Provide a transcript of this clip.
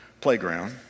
playground